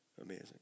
Amazing